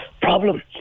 problem